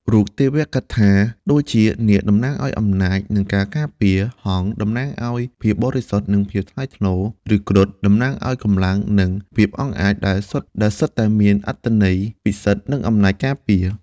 រូបសត្វទេវកថា ដូចជា នាគ (តំណាងឱ្យអំណាច និងការការពារ), ហង្ស (តំណាងឱ្យភាពបរិសុទ្ធ និងភាពថ្លៃថ្នូរ) ឬ គ្រុឌ (តំណាងឱ្យកម្លាំង និងភាពអង់អាច) ដែលសុទ្ធតែមានអត្ថន័យពិសិដ្ឋ និងអំណាចការពារ។